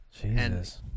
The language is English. Jesus